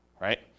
right